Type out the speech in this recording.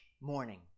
morning